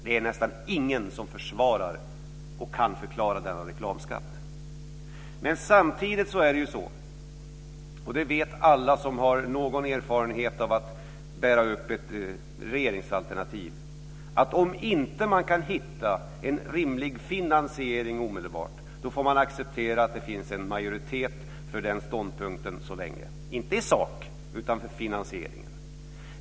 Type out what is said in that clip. Det är nästan ingen som försvarar och kan förklara denna reklamskatt. Men samtidigt är det ju så - och det vet alla som har någon erfarenhet av att bära upp ett regeringsalternativ - att om det inte går att hitta en rimlig finansiering omedelbart får man acceptera att det finns en majoritet för den här ståndpunkten så länge. Det gäller inte i sak utan finansieringen.